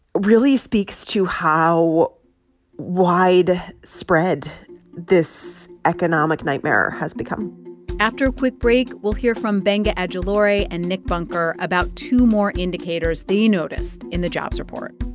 really speaks to how widespread this economic nightmare has become after a quick break, we'll hear from benga ajilore and nick bunker about two more indicators they noticed in the jobs report